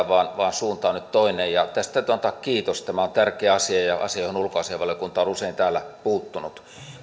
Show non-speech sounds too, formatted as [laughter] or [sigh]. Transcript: [unintelligible] vaan suunta on nyt toinen tästä täytyy antaa kiitos tämä on tärkeä asia ja asia johon ulkoasiainvaliokunta on usein täällä puuttunut